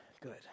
Good